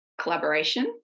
collaboration